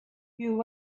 you